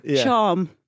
charm